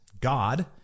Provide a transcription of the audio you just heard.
God